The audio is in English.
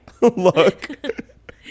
look